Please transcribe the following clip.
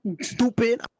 Stupid